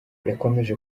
yakomeje